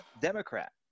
Democrat